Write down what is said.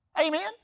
Amen